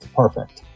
perfect